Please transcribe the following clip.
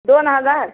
दोन हजार